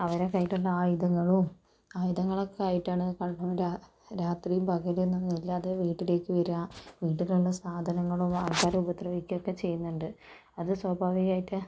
അവരുടെ കയ്യിലുള്ള ആയുധങ്ങളും ആയുധങ്ങൾ ഒക്കെ ആയിട്ടാണ് കള്ളൻ രാ രാത്രിയും പകലെന്നൊന്നും ഇല്ലാതെ വീട്ടിലേക്ക് വരിക വീട്ടിലുള്ള സാധനങ്ങളും ആൾക്കാരെ ഉപദ്രവിക്കുകയും ഒക്കെ ചെയ്യുന്നുണ്ട് അതു സ്വാഭാവികമായിട്ട്